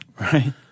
right